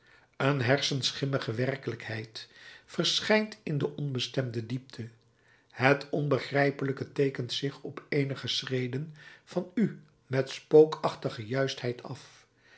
een hersenschimmige werkelijkheid verschijnt in de onbestemde diepte het onbegrijpelijke teekent zich op eenige schreden van u met spookachtige juistheid af